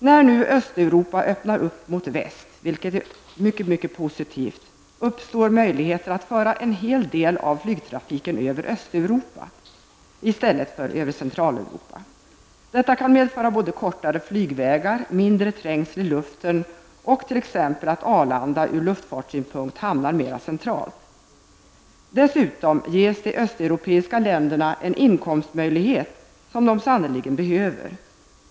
När nu Östeuropa öppnas mot väst, vilket är mycket positivt, uppstår möjligheter att föra en hel del av flygtrafiken över Östeuropa i stället för över Centraleuropa. Detta kan medföra kortare flygvägar, mindre trängsel i luften och att t.ex. Arlanda ur luftfartssynpunkt hamnar mera centralt. Dessutom ges det östeuropeiska länderna en inkomstmöjlighet som de sanneligen behöver.